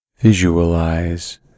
Visualize